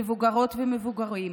מבוגרות ומבוגרים.